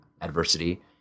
adversity